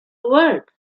work